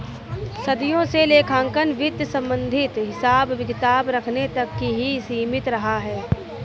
सदियों से लेखांकन वित्त संबंधित हिसाब किताब रखने तक ही सीमित रहा